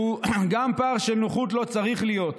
וגם פער של נוחות לא צריך להיות,